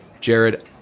Jared